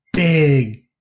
Big